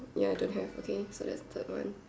ya I don't have okay so thats third one